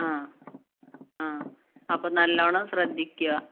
ആ ആ അപ്പോൾ നല്ലവണ്ണം ശ്രദ്ധിക്കുക